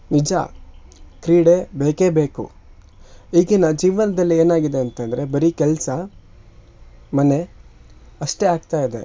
ನಿಜ ಕ್ರೀಡೆ ಬೇಕೇ ಬೇಕು ಈಗಿನ ಜೀವನದಲ್ಲಿ ಏನಾಗಿದೆ ಅಂತಂದರೆ ಬರೀ ಕೆಲಸ ಮನೆ ಅಷ್ಟೇ ಆಗ್ತಾ ಇದೆ